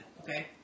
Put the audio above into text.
Okay